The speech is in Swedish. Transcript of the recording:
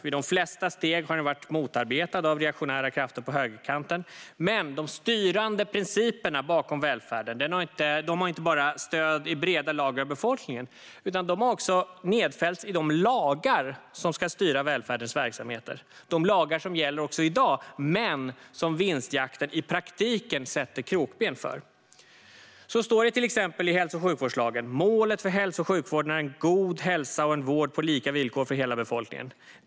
Vid de flesta steg har den varit motarbetad av reaktionära krafter på högerkanten. De styrande principerna bakom välfärden har dock inte bara stöd i breda lager av befolkningen, utan dessa principer har också nedfällts i de lagar som ska styra välfärdens verksamheter. Det är lagar som gäller också i dag men som vinstjakten i praktiken sätter krokben för. Så här står det till exempel i hälso och sjukvårdslagen: "Målet för hälso och sjukvården är en god hälsa och en vård på lika villkor för hela befolkningen.